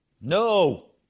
No